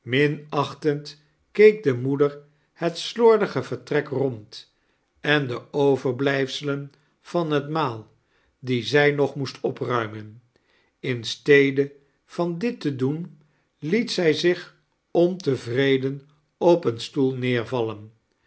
keek de moeder het slordige vertirek rond en de overblijf selen van het maal die zq hog moest opniimen in stede van dit te doen liet zij zich ontevreden op een stoel neervallen